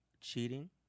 cheating